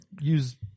use